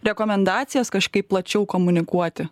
rekomendacijas kažkaip plačiau komunikuoti